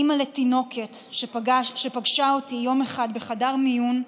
אימא לתינוקת שפגשה אותי יום אחד בחדר מיון,